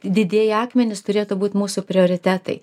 didieji akmenys turėtų būti mūsų prioritetai